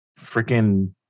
freaking